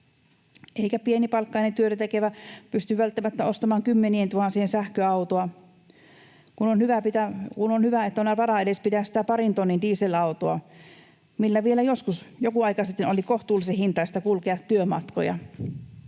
Eikä pienipalkkainen työtä tekevä pysty välttämättä ostamaan kymmenientuhansien sähköautoa, kun on hyvä, jos on varaa pitää edes sitä parin tonnin dieselautoa, millä vielä joskus, joku aika sitten, oli kohtuullisen hintaista kulkea työmatkoja.